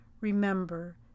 remember